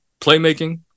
playmaking